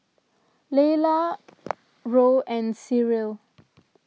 layla Roe and Cyril